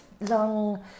long